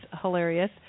hilarious